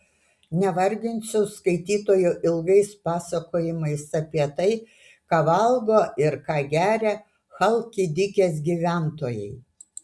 nevarginsiu skaitytojų ilgais pasakojimais apie tai ką valgo ir ką geria chalkidikės gyventojai